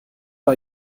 war